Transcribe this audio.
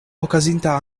okazinta